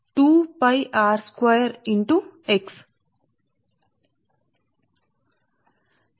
కాబట్టి ఈ సందర్భం లో మీరు చేయగలిగేది ఏమిటంటే B x వాస్తవానికి సమానం